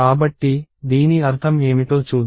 కాబట్టి దీని అర్థం ఏమిటో చూద్దాం